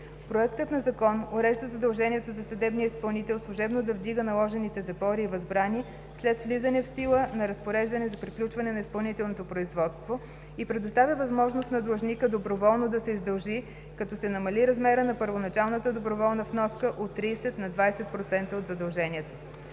Проектът на закон урежда задължението за съдебния изпълнител служебно да вдига наложените запори и възбрани след влизане в сила на разпореждането за приключване на изпълнителното производство и предоставя възможност на длъжника доброволно да се издължи, като се намали размера на първоначалната доброволна вноска от 30 на 20% от задължението.